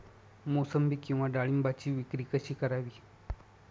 मोसंबी किंवा डाळिंबाची विक्री कशी करावी?